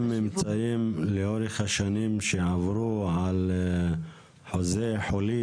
ממצאים לאורך השנים שעברו על אחוזי חולים?